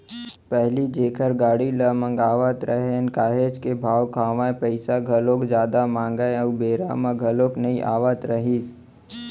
पहिली जेखर गाड़ी ल मगावत रहेन काहेच के भाव खावय, पइसा घलोक जादा मांगय अउ बेरा म घलोक नइ आवत रहिस